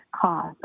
cause